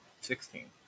Sixteen